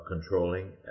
controlling